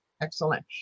Excellent